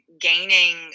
gaining